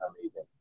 amazing